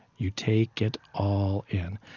you take it all in,